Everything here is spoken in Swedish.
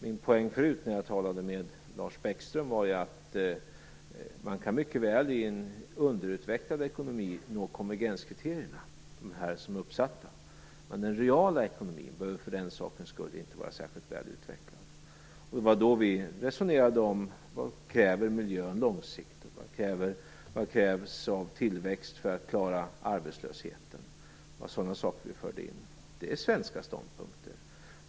Min poäng tidigare, när jag talade med Lars Bäckström, var ju att man i en underutvecklad ekonomi mycket väl kan uppnå de uppsatta konvergenskriterierna. Men den reala ekonomin behöver för den sakens skull inte vara särskilt välutvecklad. Vi resonerade om vad miljöfrågorna kräver långsiktigt och vad som krävs av tillväxt för att klara arbetslösheten. Det var sådana frågor som vi förde in. Det är svenska ståndpunkter.